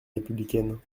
républicaine